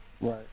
Right